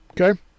okay